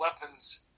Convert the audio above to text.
weapons